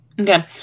Okay